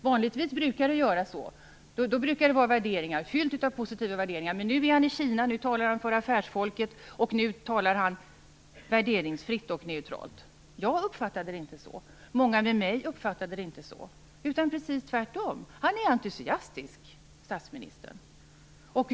Vanligtvis brukar det vara fullt med positiva värderingar. Men nu är han i Kina. Nu talar han för affärsfolket, och nu talar han värderingsfritt och neutralt. Jag, och många med mig, uppfattade det inte så, utan precis tvärtom - statsministern är entusiastisk.